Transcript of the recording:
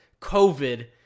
COVID